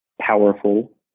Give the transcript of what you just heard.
powerful